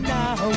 now